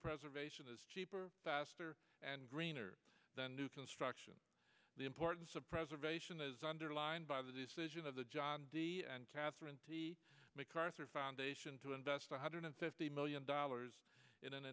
preservation is cheaper faster and greener than new construction the importance of preservation is underlined by the decision of the john d and catherine macarthur foundation to invest one hundred fifty million dollars